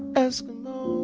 eskimos.